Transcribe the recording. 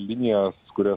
linijas kurias